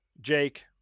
Jake